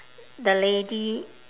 the lady